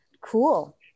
Cool